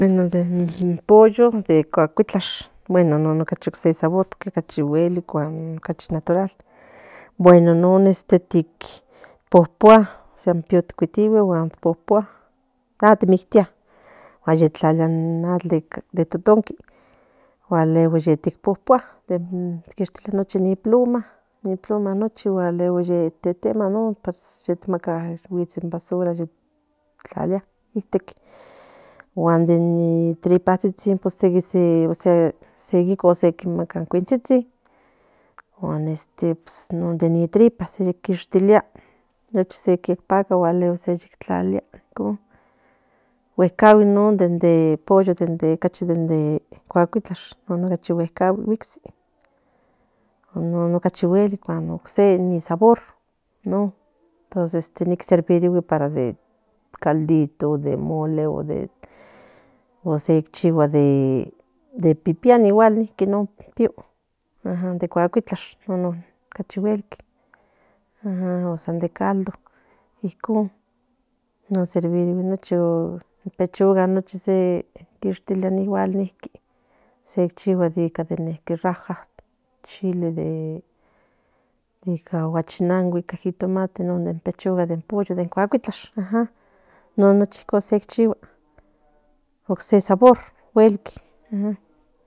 Bueno de nen pollo de cucuitlach ose sabor natural bueno non ti pupua pio cuitigue puapua a ti mi tía tlalia in atol de toto qui papue quistilia nochi ni plena tetema yemaca in básquet tlaria icte guan de in tripas se yemaca in cuitsitsin non de tripas se paca guan se tlalia icon guecagui non pollo de cachi de cuachuitlanon cachi guelic ocse ni sabor non ni serbirigui de caldito de mole o de se chigua de pipián in pio de cuacutlach non cachi guelic de caldo icon serbirigui pechuga quistilia she chigual de raja ica guachinango de pechuga de pollo de cuacutlach nochi icon se chigua ocse sabor guelik